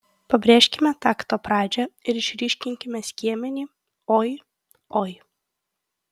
pabrėžkime takto pradžią ir išryškinkime skiemenį oi oi